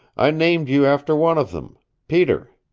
i named you after one of them peter.